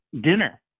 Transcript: dinner